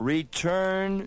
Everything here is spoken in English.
Return